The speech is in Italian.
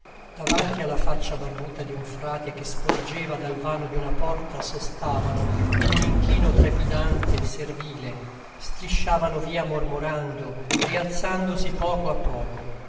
davanti alla faccia barbuta di un frate che sporgeva dal vano di una porta sostavano in un inchino trepidante servile strisciavano via mormorando rialzandosi poco a poco